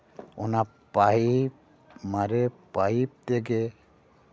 ᱚᱱᱟ ᱯᱟᱭᱤᱯ ᱢᱟᱨᱮ ᱯᱟᱭᱤᱯ ᱛᱮᱜᱮ